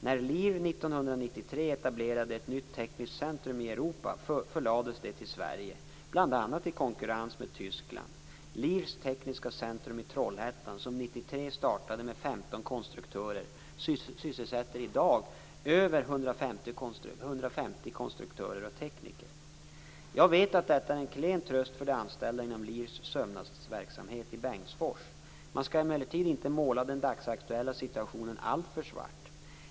När Lear 1993 etablerade ett nytt tekniskt centrum i Europa förlades det till Sverige, bl.a. i konkurrens med Tyskland. Lears Tekniska Centrum i Trollhättan som 1993 startade med 15 konstruktörer sysselsätter i dag över 150 konstruktörer och tekniker. Jag vet att detta är en klen tröst för de anställda inom Lears sömnadsverksamhet i Bengtsfors. Man skall emellertid inte måla den dagsaktuella situationen alltför svart.